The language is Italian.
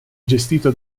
gestito